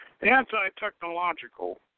anti-technological